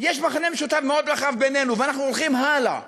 יש מכנה משותף מאוד רחב בינינו ואנחנו הולכים הלאה